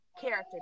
character